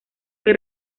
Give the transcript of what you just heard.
que